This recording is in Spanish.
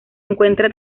encuentra